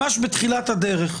ממש בתחילת הדרך.